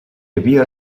havia